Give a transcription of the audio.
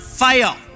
fire